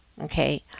Okay